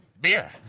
Beer